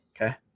Okay